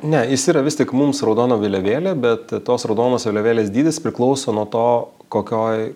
ne jis yra vis tik mums raudona vėliavėlė bet tos raudonos vėliavėlės dydis priklauso nuo to kokioj